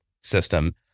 system